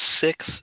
six